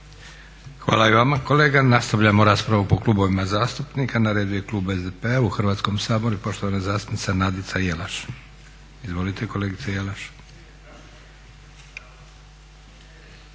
Hvala i vama kolega. Nastavljamo raspravu po klubovima zastupnika. Na redu je klub SDP-a u Hrvatskom saboru i poštovana zastupnica Nadica Jelaš. Izvolite. **Jelaš,